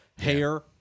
hair